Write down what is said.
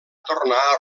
tornar